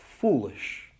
foolish